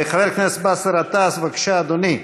חבר הכנסת באסל גטאס, בבקשה, אדוני.